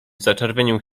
zaczerwienił